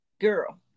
Girl